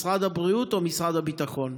משרד הבריאות או משרד הביטחון.